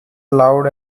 loud